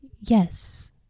Yes